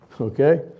Okay